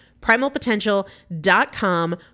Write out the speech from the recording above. Primalpotential.com